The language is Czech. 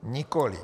Nikoliv.